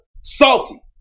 salty